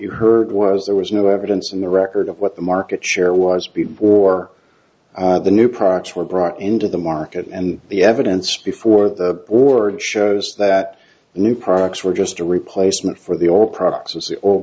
you heard was there was no evidence in the record of what the market share was before the new products were brought into the market and the evidence before the org shows that new products were just a replacement for the old products of the o